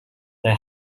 they